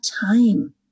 time